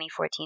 2014